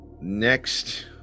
Next